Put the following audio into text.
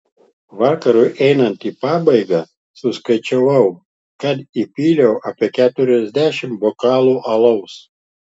vakarui einant į pabaigą suskaičiavau kad įpyliau apie keturiasdešimt bokalų alaus